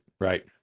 right